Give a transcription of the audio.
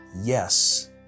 yes